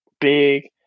big